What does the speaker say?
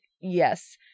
yes